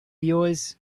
yours